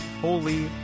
Holy